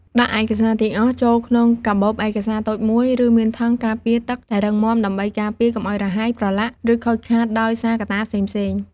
ដាក់ឯកសារទាំងអស់ចូលក្នុងកាបូបឯកសារតូចមួយ ឬមានថង់ការពារទឹកដែលរឹងមាំ ដើម្បីការពារកុំឲ្យរហែក ប្រឡាក់ ឬខូចខាតដោយសារកត្តាផ្សេងៗ។